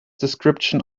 description